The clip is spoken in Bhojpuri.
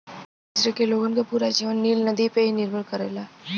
मिस्र के लोगन के पूरा जीवन नील नदी पे ही निर्भर करेला